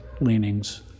leanings